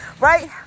right